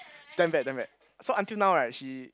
damn bad damn bad so until now right she